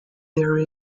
there